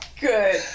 Good